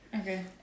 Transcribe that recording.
Okay